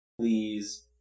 please